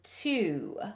two